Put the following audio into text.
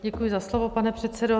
Děkuji za slovo, pane předsedo.